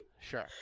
Sure